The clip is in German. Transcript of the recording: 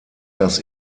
das